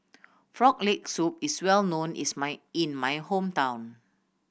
Frog Leg Soup is well known is my in my hometown